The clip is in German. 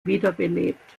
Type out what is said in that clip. wiederbelebt